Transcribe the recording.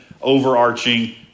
overarching